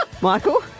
Michael